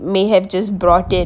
may have just brought it